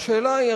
והשאלה היא,